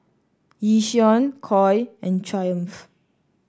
Yishion Koi and Triumph